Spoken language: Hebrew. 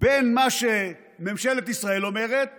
בין מה שממשלת ישראל אומרת